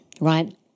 right